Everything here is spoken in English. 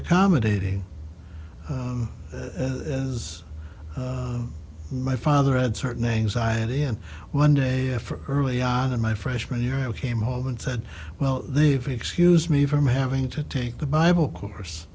accommodating as my father had certain anxiety and one day for early on in my freshman year i came home and said well they've excuse me from having to take the bible course